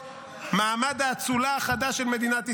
מעמד האצולה החדש של מדינת ישראל.